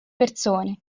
persone